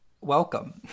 Welcome